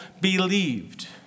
believed